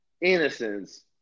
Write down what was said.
innocence